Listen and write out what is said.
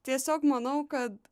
tiesiog manau kad